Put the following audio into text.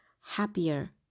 happier